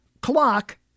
clock